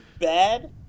bad